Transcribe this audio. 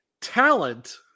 talent